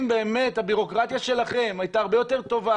אם באמת הבירוקרטיה שלכם הייתה הרבה יותר טובה